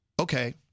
okay